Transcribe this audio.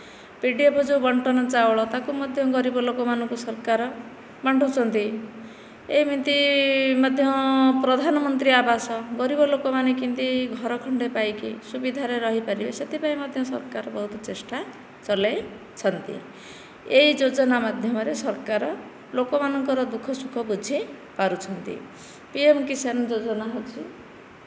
PDF ହୋଇ ବଣ୍ଟନ ଚାଉଳ ତାକୁ ମଧ୍ୟ ଗରିବ ଲୋକମାନଙ୍କୁ ସରକାର ବାଣ୍ଟୁଛନ୍ତି ଏମିତି ମଧ୍ୟ ପ୍ରଧାନମନ୍ତ୍ରୀ ଆବାସ ଗରିବ ଲୋକମାନେ କେମିତି ଘର ଖଣ୍ଡେ ପାଇକି ସୁବିଧାରେ ରହି ପାରିବେ ସେଥିପାଇଁ ମଧ୍ୟ ସରକାର ବହୁତ ଚେଷ୍ଟା ଚଳାଇଛନ୍ତି ଏଇ ଯୋଜନା ମାଧ୍ୟମରେ ସରକାର ଲୋକମାନଙ୍କର ଦୁଃଖ ସୁଖ ବୁଝି ପାରୁଛନ୍ତି ପିଏମ୍ କିଷାନ ଯୋଜନା ହେଉଛି